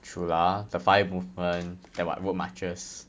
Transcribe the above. true lah the fire movement the what route marches